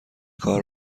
کار